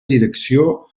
direcció